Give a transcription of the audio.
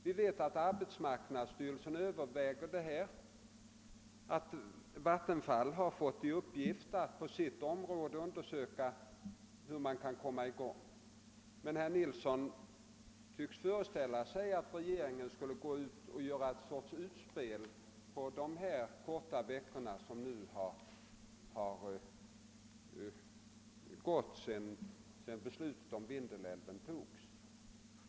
Vi vet att arbetsmarknadsstyrelsen överväger saken och att Vattenfall har fått i uppgift att inom sitt område undersöka vad man kan bidra med. Men herr Nilsson tycks föreställa sig att regeringen borde ha gjort något slags utspel under de få veckor som gått sedan beslutet om Vindelälven fattades.